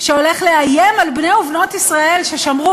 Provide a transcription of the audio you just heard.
שהולך לאיים על בני ובנות ישראל ששמרו,